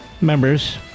members